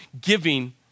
giving